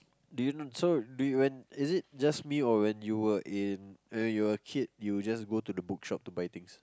do you know so do you when is it just me or when you were in when you were a kid you will just go to the bookshop and buy things